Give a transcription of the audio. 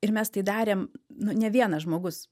ir mes tai darėm nu ne vienas žmogus